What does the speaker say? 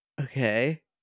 Okay